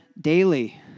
daily